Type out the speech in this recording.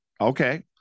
Okay